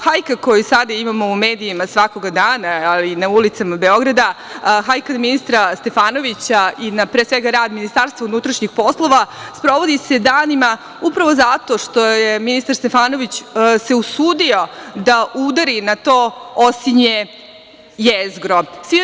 Hajka koju sada imamo u medijima svakoga dana, ali i na ulicama Beograda, hajka na ministra Stefanovića i na rad Ministarstva unutrašnjih poslova, sprovodi se danima, upravo zato što se ministar Stefanović usudio da udari na to osinje jezgro.